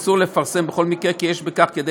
אסור לפרסם בכל מקרה כי יש בכך כדי